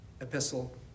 epistle